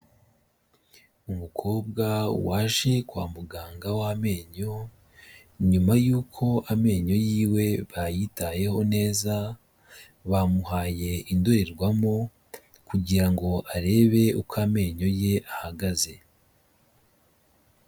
Umukobwa waje kwa muganga w'amenyo, nyuma yuko amenyo yiwe bayitayeho neza, bamuhaye indorerwamo kugira ngo arebe uko amenyo ye ahagaze.